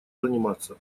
заниматься